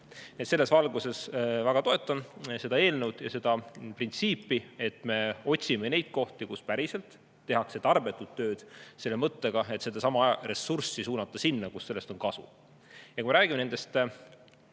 Selles valguses väga toetan seda eelnõu ja seda printsiipi, et me otsime neid kohti, kus päriselt tehakse tarbetut tööd, selle mõttega, et sedasama ressurssi suunata sinna, kus sellest on kasu. Kui räägime